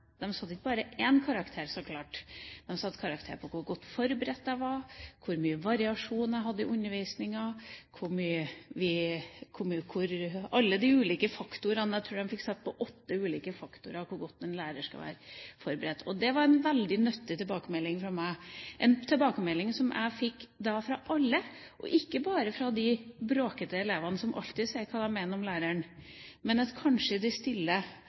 satte ikke bare én karakter, så klart. De satte karakterer på hvor godt forberedt jeg var, hvor mye variasjon jeg hadde i undervisningen – alle de ulike faktorene. Jeg tror de fikk sette karakter på åtte ulike faktorer på hvor godt en lærer skal være forberedt. Det var en veldig nyttig tilbakemelding for meg – en tilbakemelding som jeg da fikk fra alle, og ikke bare fra de bråkete elevene, som alltid sier hva de mener om læreren, men kanskje de